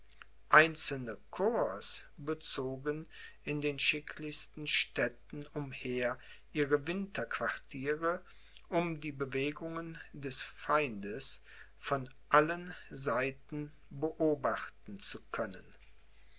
einzelne corps bezogen in den schicklichsten städten umher ihre winterquartiere um die bewegungen des feindes von allen seiten beobachten zu können